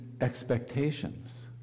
expectations